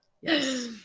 Yes